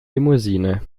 limousine